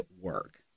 work